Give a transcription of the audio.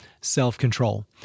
self-control